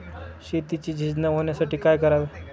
शेतीची झीज न होण्यासाठी काय करावे?